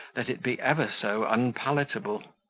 let it be ever so unpalatable.